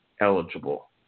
eligible